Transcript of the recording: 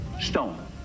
Stone